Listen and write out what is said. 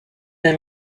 d’un